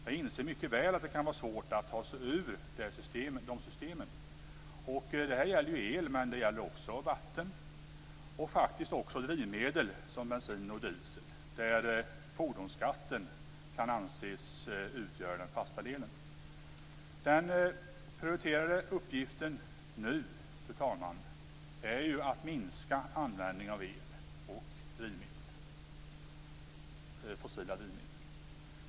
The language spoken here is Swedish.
Jag inser mycket väl att det kan vara svårt att ta sig ur dessa system. Detta gäller el, men det gäller också vatten samt faktiskt också drivmedel som bensin och diesel, där fordonsskatten kan anses utgöra den fasta delen. Den prioriterade uppgiften nu, fru talman, är att minska användningen av el och fossila drivmedel.